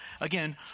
again